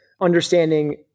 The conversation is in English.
understanding